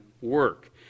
work